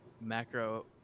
macro